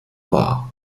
war